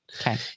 Okay